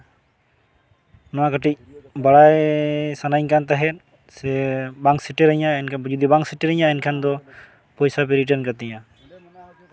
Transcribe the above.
ᱱᱚᱣᱟ ᱠᱟᱹᱴᱤᱡ ᱵᱟᱲᱟᱭ ᱥᱟᱱᱟᱧ ᱠᱟᱱ ᱛᱟᱦᱮᱸᱫ ᱥᱮ ᱵᱟᱝ ᱥᱮᱴᱮᱨᱟᱹᱧᱟ ᱡᱩᱫᱤ ᱵᱟᱝ ᱥᱮᱴᱮᱨᱟᱹᱧᱟᱹ ᱮᱱᱠᱷᱟᱱ ᱫᱚ ᱯᱚᱭᱥᱟ ᱯᱮ ᱨᱤᱴᱟᱨᱱ ᱠᱟᱹᱛᱤᱧᱟ